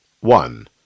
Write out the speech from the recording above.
One